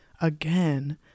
again